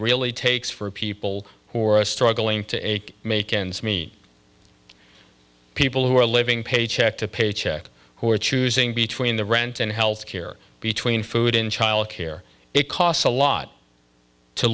really takes for people who are struggling to make ends meet people who are living paycheck to paycheck who are choosing between the rent and health care between food in childcare it costs a lot to